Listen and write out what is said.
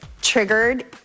triggered